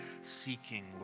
seeking